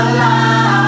Alive